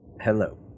Hello